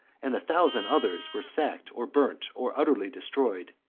and a thousand others, were sacked, or burnt, or utterly destroyed,